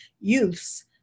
youths